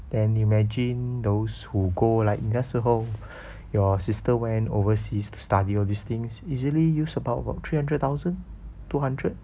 then imagine those who go like 那时候 your sister went overseas to study all these things easily use about three hundred thousand two hundred